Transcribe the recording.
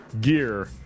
gear